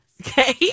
Okay